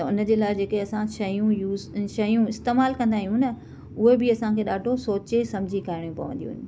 त उन जे लाइ जेके असां शयूं यूज़ इन शयूं इस्तेमालु कंदा आहियूं न उहे बि असांखे ॾाढो सोचे सम्झी करिणी पवंदियूं आहिनि